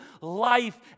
life